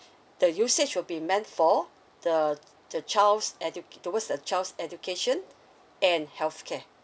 the usage will be meant for the the child's edu~ towards the child's education and healthcare